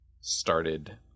started